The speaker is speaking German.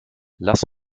lass